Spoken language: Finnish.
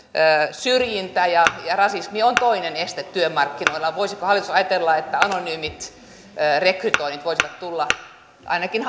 syrjintä ja ja rasismi ovat toinen este työmarkkinoilla voisiko hallitus ajatella että anonyymit rekrytoinnit voisivat tulla ainakin